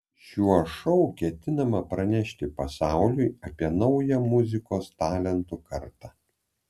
šiuo šou ketinama pranešti pasauliui apie naują muzikos talentų kartą